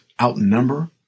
outnumber